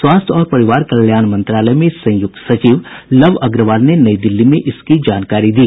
स्वास्थ्य और परिवार कल्याण मंत्रालय में संयुक्त सचिव लव अग्रवाल ने नई दिल्ली इसकी जानकारी दी